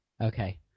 Okay